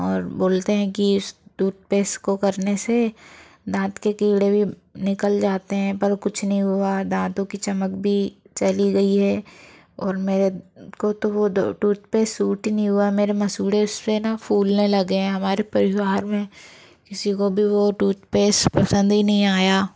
और बोलते हैं कि टूथपेस को करने से दाँत के कीड़े भी निकल जाते हैं पर कुछ नहीं हुआ दाँतो की चमक भी चली गई है और मेरे को तो वो टूथपेस सूट ही नहीं हुआ मेरे मसूड़े उस से है ना फूलने लगे हैं हमारे परिवार में किसी को भी वो टूथपेस पसंद ही नहीं आया